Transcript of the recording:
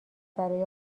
برای